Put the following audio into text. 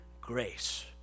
grace